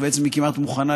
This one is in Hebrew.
ובעצם היא כמעט מוכנה,